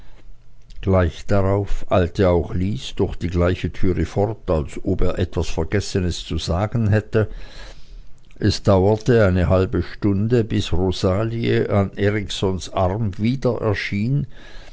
gleich darauf eilte auch lys durch die gleiche türe fort als ob er etwas vergessenes zu sagen hätte es dauerte eine halbe stunde bis rosalie an eriksons arm wieder erschien